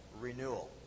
renewal